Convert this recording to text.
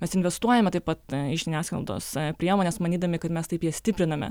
mes investuojame taip pat į žiniasklaidos priemones manydami kad mes taip ją stipriname